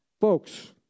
folks